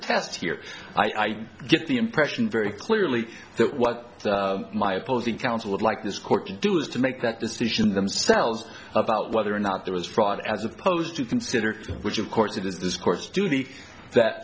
test here i get the impression very clearly that what my opposing counsel would like this court to do is to make that decision themselves about whether or not there was fraud as opposed to consider which of course it is discourse to th